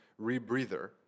rebreather